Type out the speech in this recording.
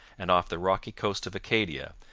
and off the rocky coast of acadia,